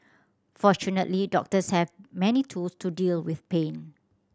fortunately doctors have many tools to deal with pain